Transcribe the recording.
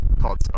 called